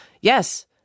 yes